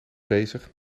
bezig